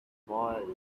boy